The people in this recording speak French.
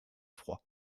froid